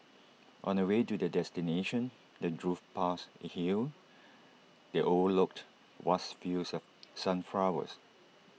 on the way to their destination they drove past A hill that overlooked vast fields of sunflowers